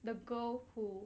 the girl who